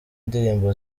indirimbo